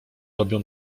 robią